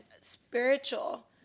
spiritual